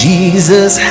Jesus